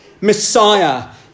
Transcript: Messiah